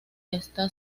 está